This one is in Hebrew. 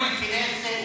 מתכונן למדינה הדו-לאומית,